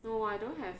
no I don't have